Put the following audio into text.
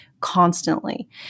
constantly